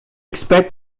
expect